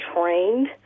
trained